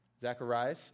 Zechariah